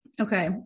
Okay